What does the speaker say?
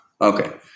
Okay